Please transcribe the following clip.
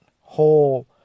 whole